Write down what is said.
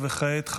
וכעת,